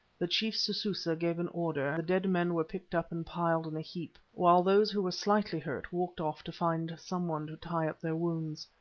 the chief sususa gave an order, the dead men were picked up and piled in a heap, while those who were slightly hurt walked off to find some one to tie up their wounds.